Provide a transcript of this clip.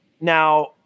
Now